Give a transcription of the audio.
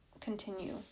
continue